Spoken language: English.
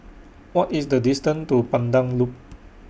What IS The distance to Pandan Loop